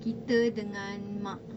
kita dengan mak